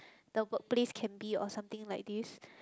the workplace can be or something like this